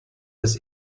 was